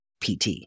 PT